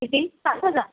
किती सात हजार